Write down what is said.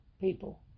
people